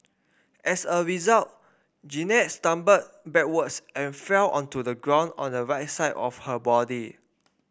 as a result Jeannette stumbled backwards and fell onto the ground on the right side of her body